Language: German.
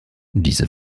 diese